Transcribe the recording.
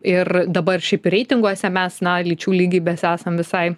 ir dabar šiaip reitinguose mes na lyčių lygybės esam visai